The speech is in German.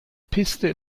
piste